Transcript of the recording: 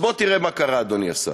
בוא תראה מה קרה, אדוני השר: